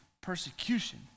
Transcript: persecution